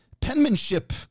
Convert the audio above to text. Penmanship